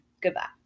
Goodbye